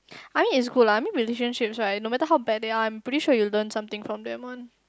I mean it's good lah I mean relationships right no matter how bad they are I'm pretty sure you learn something from them one